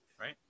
Right